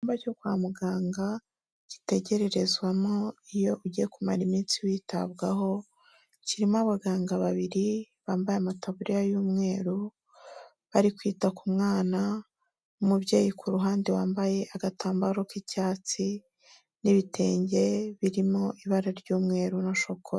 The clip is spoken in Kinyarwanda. Icyumba cyo kwa muganga gitegerererezwamo iyo ugiye kumara iminsi witabwaho, kirimo abaganga babiri bambaye amataburiya y'umweru, bari kwita ku mwana, umubyeyi ku ruhande wambaye agatambaro k'icyatsi n'ibitenge birimo ibara ry'umweru na shokora.